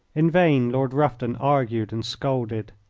in vain lord rufton argued and scolded.